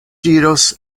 diros